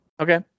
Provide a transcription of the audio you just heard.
Okay